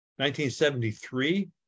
1973